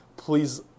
Please